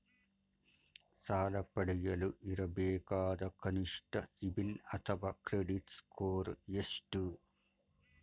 ಸಾಲ ಪಡೆಯಲು ಇರಬೇಕಾದ ಕನಿಷ್ಠ ಸಿಬಿಲ್ ಅಥವಾ ಕ್ರೆಡಿಟ್ ಸ್ಕೋರ್ ಎಷ್ಟು?